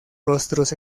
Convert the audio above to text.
rostros